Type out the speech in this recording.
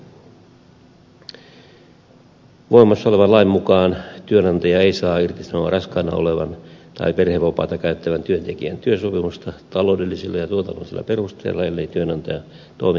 voimassa olevan lain mukaan työnantaja ei saa irtisanoa raskaana olevan tai perhevapaata käyttävän työntekijän työsopimusta taloudellisilla ja tuotannollisilla perusteilla ellei työnantajan toiminta pääty kokonaan